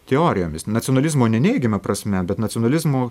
teorijomis nacionalizmo ne neigiama prasme bet nacionalizmo